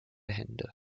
hände